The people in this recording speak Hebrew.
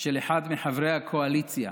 של אחד מחברי הקואליציה,